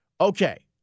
Okay